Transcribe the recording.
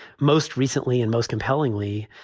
most recently and most compellingly,